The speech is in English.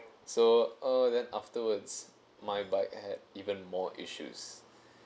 so uh then afterwards my bike had even more issues